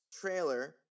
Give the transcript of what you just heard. trailer